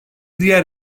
diğer